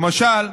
למשל,